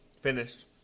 finished